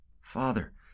Father